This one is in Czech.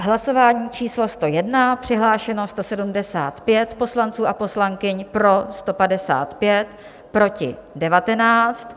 Hlasování číslo 101, přihlášeno 175 poslanců a poslankyň, pro 155, proti 19.